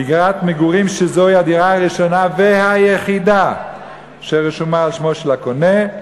בדירת מגורים שהיא הדירה הראשונה והיחידה שרשומה על שמו של הקונה.